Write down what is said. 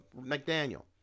McDaniel